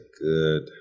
good